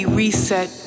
reset